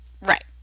Right